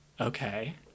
Okay